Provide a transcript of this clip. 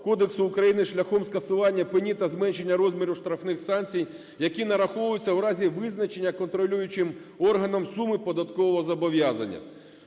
кодексу України шляхом скасування пені та зменшення розміру штрафних санкцій, які нараховуються у разі визначення контролюючим органом суми податкового зобов'язання.